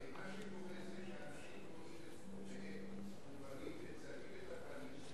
הרי מה שקורה זה שאנשים רואים את קרוביהם מובלים,